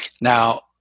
now